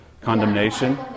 condemnation